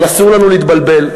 אבל אסור לנו להתבלבל,